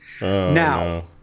Now